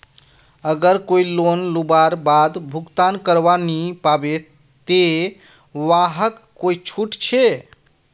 अगर कोई लोन लुबार बाद भुगतान करवा नी पाबे ते वहाक कोई छुट छे?